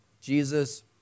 Jesus